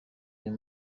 uyu